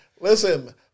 Listen